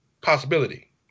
possibility